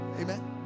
amen